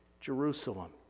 Jerusalem